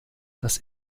das